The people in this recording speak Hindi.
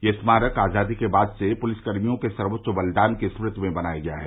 यह स्मारक आजादी के बाद से पुलिसकर्मियों के सर्वोच्च बलिदान की स्मृति में बनाया गया है